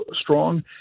strong